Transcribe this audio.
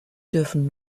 dürfen